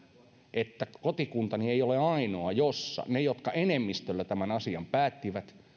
että kotikuntani ei ole ainoa jossa ne jotka enemmistöllä tämän asian päättivät